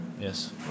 Yes